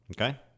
Okay